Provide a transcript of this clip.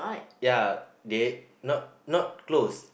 ya they not not closed